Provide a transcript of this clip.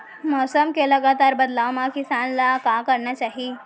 मौसम के लगातार बदलाव मा किसान ला का करना चाही?